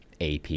AP